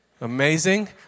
Amazing